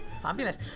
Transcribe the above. fabulous